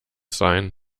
sein